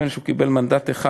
נדמה לי שהוא קיבל מנדט אחד.